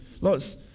Lots